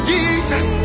Jesus